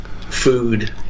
food